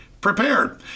prepared